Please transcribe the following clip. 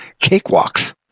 cakewalks